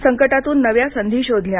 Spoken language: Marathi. संकटातून नव्या संधी शोधल्या